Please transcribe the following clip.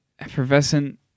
effervescent